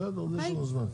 בסדר, יש עוד זמן.